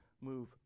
move